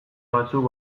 batzuk